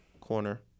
corner